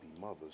mothers